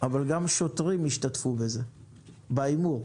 גם שוטרים השתתפו בהימור.